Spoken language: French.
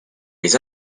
les